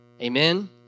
Amen